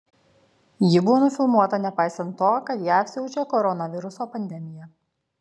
ji buvo nufilmuota nepaisant to kad jav siaučia koronaviruso pandemija